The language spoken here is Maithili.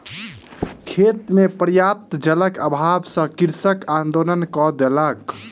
खेत मे पर्याप्त जलक अभाव सॅ कृषक आंदोलन कय देलक